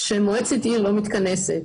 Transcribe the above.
שמועצת עיר לא מתכנסת.